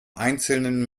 einzelnen